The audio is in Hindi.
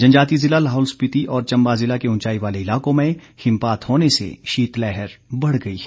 जनजातीय ज़िला लाहौल स्पिति और चंबा ज़िला के ऊंचाई वाले इलाकों में हिमपात होने से शीतलहर बढ़ गई है